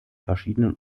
verschiedenen